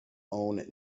own